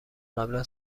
قبلا